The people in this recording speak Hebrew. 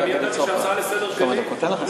אני ידעתי שההצעה לסדר-היום שלי,